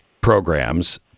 programs